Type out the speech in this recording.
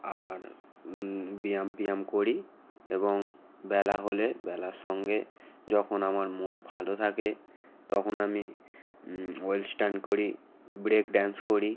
আর ব্যায়াম প্যায়াম করি এবং বেলা হলে বেলার সঙ্গে যখন আমার মুড ভালো থাকে তখন আমি ওয়েস্টার্ন করি ব্রেক ড্যান্স করি